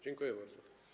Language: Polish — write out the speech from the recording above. Dziękuję bardzo.